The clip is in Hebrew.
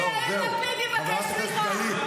-- ואת מדברת איתנו על אור השמש?